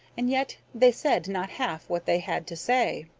and yet they said not half what they had to say.